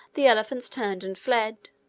the elephants turned and fled.